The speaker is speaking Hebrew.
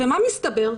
מה מסתבר?